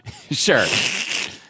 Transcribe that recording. Sure